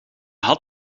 had